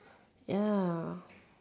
ya